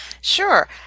Sure